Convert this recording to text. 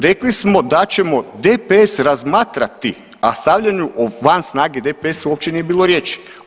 Rekli smo da ćemo DPS razmatrati, a stavljanju o van snage DPS-a uopće nije bilo riječi.